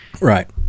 Right